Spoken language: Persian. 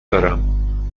دارم